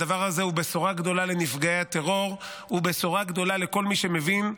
הדבר הזה הוא בשורה גדולה לנפגעי הטרור ובשורה גדולה לכל מי שמבין,